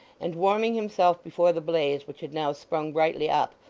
and warming himself before the blaze which had now sprung brightly up,